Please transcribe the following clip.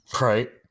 Right